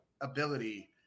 ability